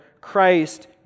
Christ